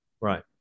right